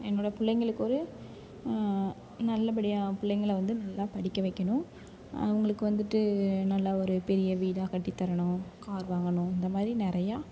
என்னோடய பிள்ளைங்களுக்கு ஒரு நல்லபடியாக ஏன் பிள்ளைங்களை வந்து நல்லா படிக்க வைக்கணும் அவங்களுக்கு வந்துட்டு நல்லா ஒரு பெரிய வீடாக கட்டித்தரணும் கார் வாங்கணும் அந்தமாதிரி நிறையா